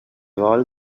vol